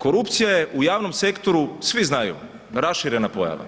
Korupcija je u javnom sektoru, svi znaju, raširena pojava